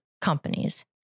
companies